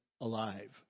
alive